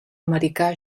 americà